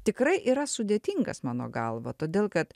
tikrai yra sudėtingas mano galva todėl kad